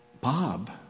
Bob